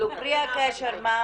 פרי הקשר.